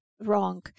wrong